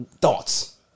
thoughts